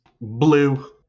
Blue